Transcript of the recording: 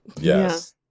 Yes